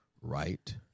right